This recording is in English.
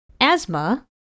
asthma